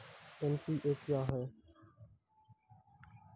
NPA क्या हैं?